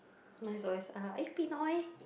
mine is also uh are you Pinoy